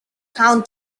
counter